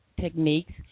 techniques